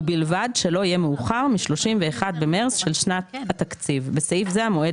ובלבד שלא יהיה מאוחר מ־31 במרס של שנת התקציב (בסעיף זה למועד